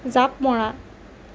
জাপ মৰা